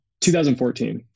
2014